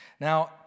Now